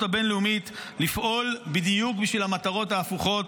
הבין-לאומית לפעול בדיוק בשביל המטרות ההפוכות,